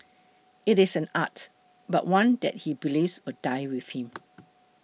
it is an art but one that he believes will die with him